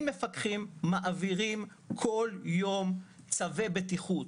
70 מפקחים מעבירים בכל יום צווי בטיחות.